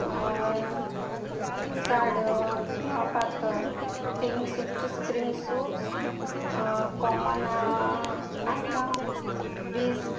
जाड किवा पातळ क्रीम सूपचे क्रीम सूप्स कॉमन आहे का बिस्क